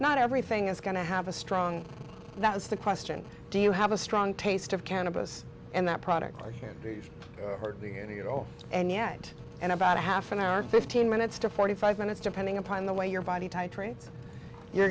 not everything is going to have a strong that is the question do you have a strong taste of cannabis and that product and yet in about a half an hour fifteen minutes to forty five minutes depending upon the way your body type you're